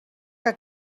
que